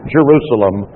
Jerusalem